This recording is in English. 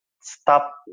stop